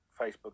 Facebook